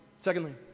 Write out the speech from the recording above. Secondly